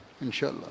inshallah